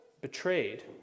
betrayed